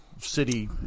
city